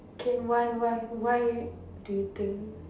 okay why why why do you think